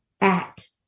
Act